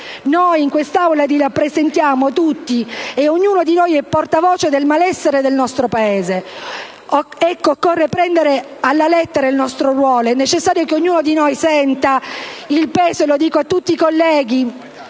Noi in quest'Aula li rappresentiamo tutti e ognuno di noi è portavoce del malessere del nostro Paese. Ecco, occorre prendere alla lettera il nostro ruolo. È necessario che ognuno di noi senta sulle proprie spalle, lo dico ai colleghi,